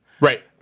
Right